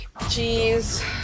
Jeez